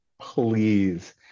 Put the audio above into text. please